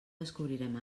descobrirem